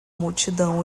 multidão